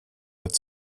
wird